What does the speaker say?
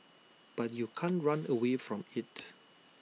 but you can't run away from IT